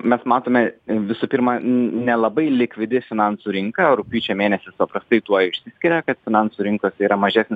mes matome visų pirma nelabai likvidi finansų rinka o rugpjūčio mėnesis paprastai tuo išsiskiria kad finansų rinkose yra mažesnis